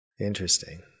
Interesting